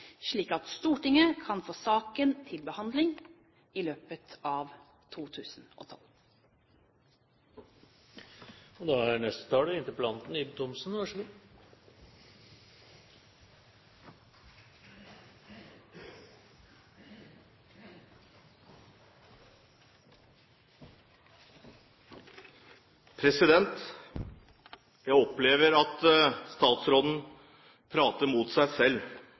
slik at Stortinget kan få saken til behandling i løpet av 2012. Jeg opplever at statsråden argumenterer mot seg selv. Det skal jeg prøve å begrunne med at